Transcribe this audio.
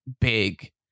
big